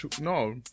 No